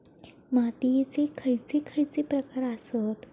मातीयेचे खैचे खैचे प्रकार आसत?